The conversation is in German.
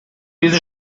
diesen